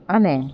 અને